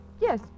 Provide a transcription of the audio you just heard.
Yes